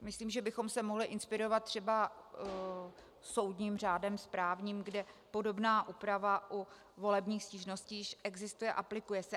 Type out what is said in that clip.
Myslím, že bychom se mohli inspirovat třeba soudním řádem správním, kde podobná úprava u volebních stížností již existuje a aplikuje se.